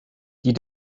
die